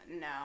no